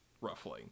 roughly